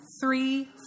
three